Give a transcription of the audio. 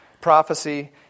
Prophecy